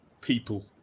people